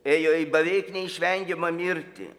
ėjo į beveik neišvengiamą mirtį